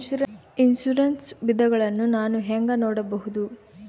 Insurance ವಿಧಗಳನ್ನ ನಾನು ಹೆಂಗ ನೋಡಬಹುದು?